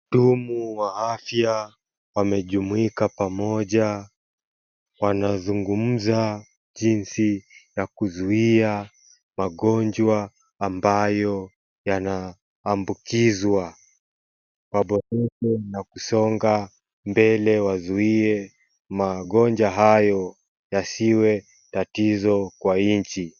Hudumu wa afya wamejumuika pamoja wanazungumza jinsi ya kuzuia magonjwa ambayo yanaambukizwa. Waboreshe na kusonga mbele wazuie magonjwa hayo yasiwe tatizo kwa nchi.